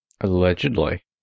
Allegedly